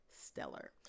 stellar